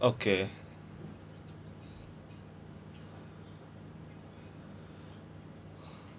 okay